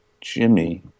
Jimmy